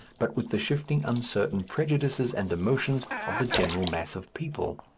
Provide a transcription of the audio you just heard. but with the shifting, uncertain prejudices and emotions of the general mass of people.